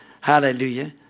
Hallelujah